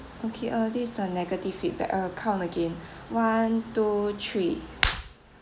okay uh this the negative feedback I'll count again one two three